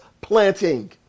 planting